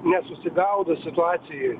nesusigaudo situacijoj